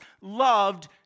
loved